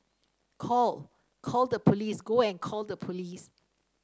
call call the police go and call the police